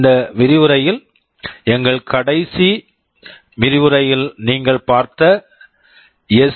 இந்த விரிவுரையில் எங்கள் கடைசி விரிவுரையில் நீங்கள் பார்த்த எஸ்